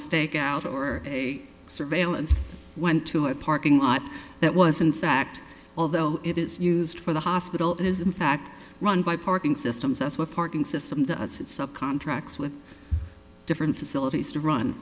stakeout or a surveillance went to a parking lot that was in fact although it is used for the hospital it is in fact run by parking systems that's what parking system to us it's up contracts with different facilities to run